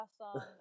awesome